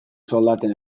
soldaten